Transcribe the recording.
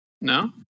No